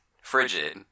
frigid